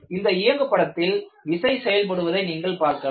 இந்த இயங்கு படத்தில் விசை செயல்படுவதை நீங்கள் பார்க்கலாம்